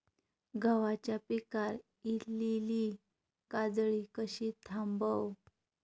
गव्हाच्या पिकार इलीली काजळी कशी थांबव?